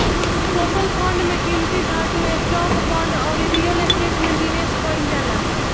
social fund में कीमती धातु, स्टॉक, बांड अउरी रियल स्टेट में निवेश कईल जाला